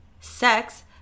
sex